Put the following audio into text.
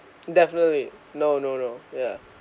definitely no no no ya